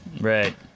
Right